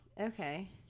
okay